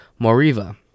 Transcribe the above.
Moriva